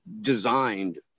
designed